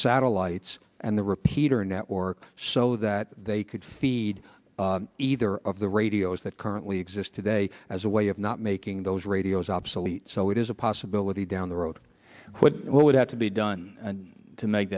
satellites and the repeater network so that they could feed either of the radios that currently exist today as a way of not making those radios obsolete so it is a possibility down the road what would have to be done to make